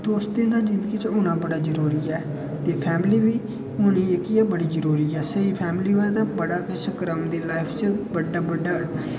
दोस्तें दा जिंदगी च होना बड़ा जरूरी ऐ ते फैमिली बी होनी जेह्की ओह् बड़ी जरूरी ऐ स्हेई फैमिली होऐ ते बड़ा किश कराई ओड़दी लाइफ च बड्डा बड्डा